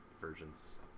versions